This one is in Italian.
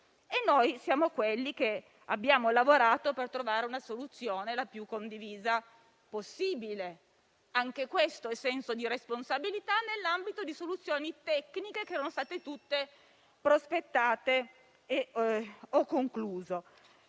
Siamo quelli che hanno lavorato per trovare una soluzione, la più condivisa possibile. Anche questo è senso di responsabilità, nell'ambito di tutte le soluzioni tecniche che erano state prospettate. In